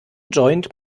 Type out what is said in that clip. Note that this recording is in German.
joint